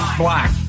black